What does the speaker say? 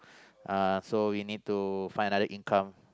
uh so we need to find another income